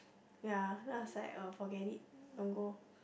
ya then I was like uh forget it don't go